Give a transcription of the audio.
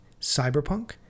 Cyberpunk